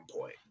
point